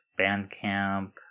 Bandcamp